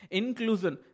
inclusion